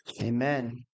Amen